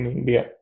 India